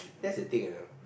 that's the thing you know